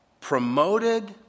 promoted